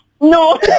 No